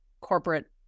corporate